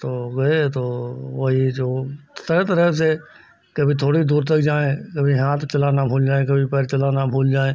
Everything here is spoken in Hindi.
तो गए तो वही जो तरह तरह से कभी थोड़ी दूर तक जाएँ कभी हाथ चलाना भूल जाएँ कभी पैर चलाना भूल जाएँ